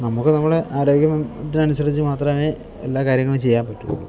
നമുക്ക് നമ്മുടെ ആരോഗ്യത്തിനനുസരിച്ച് മാത്രമേ എല്ലാ കാര്യങ്ങളും ചെയ്യാൻ പറ്റുളളൂ